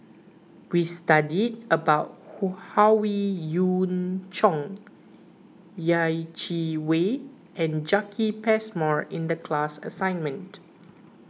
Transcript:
we studied about Howe Yoon Chong Yeh Chi Wei and Jacki Passmore in the class assignment